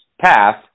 path